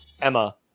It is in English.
Emma